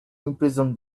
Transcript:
imprison